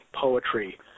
poetry